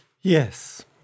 Yes